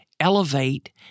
elevate